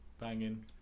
banging